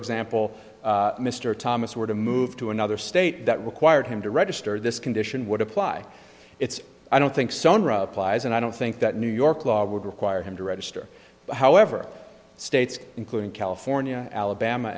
example mr thomas were to move to another state that required him to register this condition would apply it's i don't think so applies and i don't think that new york law would require him to register however states including california alabama